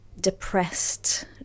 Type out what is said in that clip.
depressed